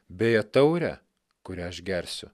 beje taurę kurią aš gersiu